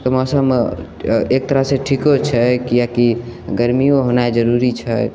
गरमीके मौसममे एक तरह से ठीको छै किएकी गरमियो होनाइ जरूरी छै